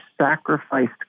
sacrificed